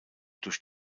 durch